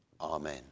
Amen